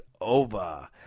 over